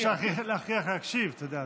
אי-אפשר להכריח להקשיב, אתה יודע.